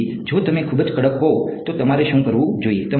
તેથી જો તમે ખૂબ જ કડક હોવ તો તમારે શું કરવું જોઈએ